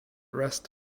rest